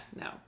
No